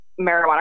marijuana